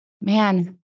man